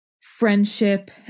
friendship